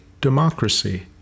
democracy